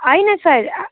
होइन सर